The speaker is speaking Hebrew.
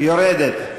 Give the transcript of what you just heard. יורדת.